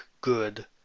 good